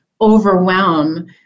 overwhelm